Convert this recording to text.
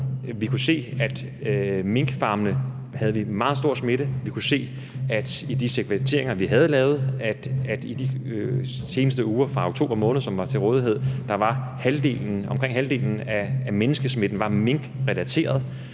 vi kunne se, at vi i minkfarmene havde meget stor smitte. Vi kunne se i de segmenteringer, vi havde lavet, i de seneste uger fra oktober måned, som var til rådighed, at omkring halvdelen af menneskesmitten var minkrelateret,